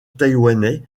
taïwanais